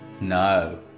No